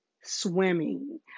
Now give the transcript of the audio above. swimming